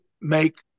make